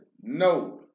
No